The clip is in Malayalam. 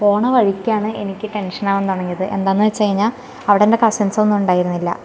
പോണ വഴിക്കാണ് എനിക്ക് ടെൻഷനാകാൻ തുടങ്ങിയത് എന്താന്ന്ച്ചഴിഞ്ഞാൽ അവിടെ കസിൻസൊന്നും ഉണ്ടായിരുന്നില്ല